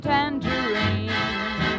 Tangerine